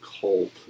cult